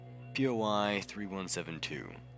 POI-3172